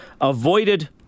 avoided